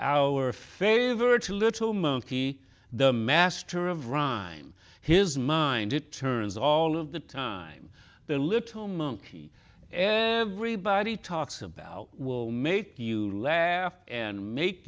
monkey the master of rhyme his mind it turns all of the time the little monkey everybody talks about will make you laugh and make